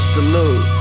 Salute